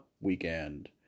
weekend